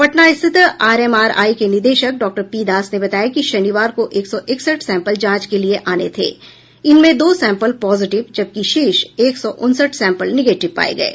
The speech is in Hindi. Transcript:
पटना स्थित आरएमआरआई के निदेशक डॉक्टर पी दास ने बताया कि शनिवार को एक सौ इकसठ सैंपल जांच के लिये आये थे इनमें दो सैंपल पॉजिटिव जबकि शेष एक सौ उनसठ सैंपल निगेटिव पाये गये